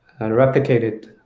replicated